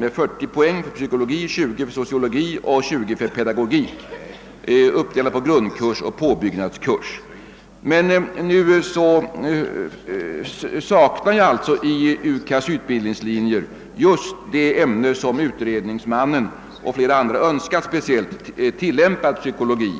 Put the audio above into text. till 40 poäng för psykologi, 20 poäng för sociologi och 20 poäng för pedagogik, uppdelat på grundkurs och påbyggnadskurs. I UKAS:s utbildningslinjer saknar jag emellertid just det ämne som utredningsmannen och flera andra speciellt har önskat, nämligen tillämpad psykologi.